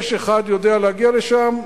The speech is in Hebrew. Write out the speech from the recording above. יש אחד שיודע להגיע לשם,